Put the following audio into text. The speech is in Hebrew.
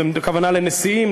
הכוונה לנשיאים,